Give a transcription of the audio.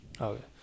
Okay